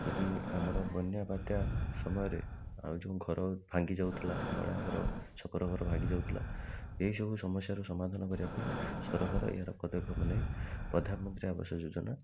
ଯଦି ଆମର ବନ୍ୟା ବାତ୍ୟା ସମୟରେ ଆଉ ଯେଉଁ ଘର ଭାଙ୍ଗି ଯାଉଥିଲା ନଡ଼ା ଘର ଛପର ଘର ଭାଙ୍ଗି ଯାଉଥିଲା ଏହିସବୁ ସମସ୍ୟାରୁ ସମାଧାନ କରିବା ପାଇଁ ସରକାର ଏହାର ପଦକ୍ଷେପ ନେଇ ପ୍ରଧାନମନ୍ତ୍ରୀ ଆବାସ ଯୋଜନା